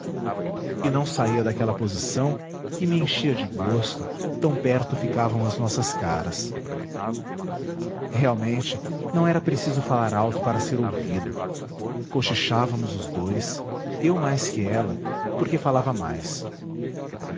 e não saía daquela posição que me enchia de gosto tão perto ficavam as nossas caras realmente não era preciso falar alto para ser ouvido cochichávamos os dous eu mais que ela porque falava mais